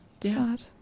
Sad